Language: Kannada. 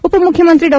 ಉಪಮುಖ್ಯಮಂತ್ರಿ ಡಾ